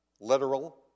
literal